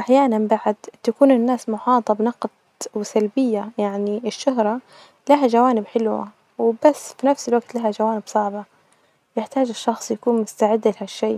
أحيانا بعد تكون الناس محاطة بنقد وسلبية يعني الشهرة لها جوانب حلوة وبس، في نفس الوقت لها جوانب صعبة تحتاج الشخص يكون مستعد لهذا الشئ.